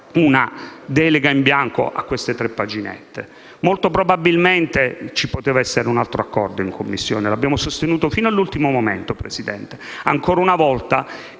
una delega in bianco a queste tre paginette. Molto probabilmente ci poteva essere un altro accordo in Commissione, lo abbiamo sostenuto fino all'ultimo momento, Presidente. Ancora una volta,